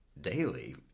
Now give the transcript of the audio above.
daily